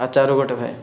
ଆଚାର ଗୋଟେ ଭାଇ